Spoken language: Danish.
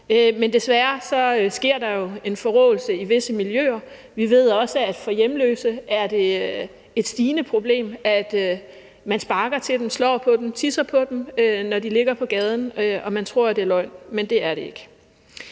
men desværre sker der jo en forråelse i visse miljøer, og vi ved også, at for hjemløse er det et stigende problem; man sparker på dem, slår på dem, tisser på dem, når de ligger på gaden. Man tror, det er løgn, men det er det ikke.